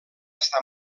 estar